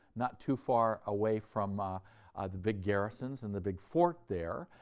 not too far away from ah the big garrisons and the big fort there,